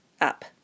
up